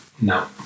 No